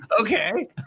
okay